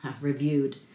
reviewed